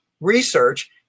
research